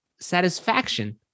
satisfaction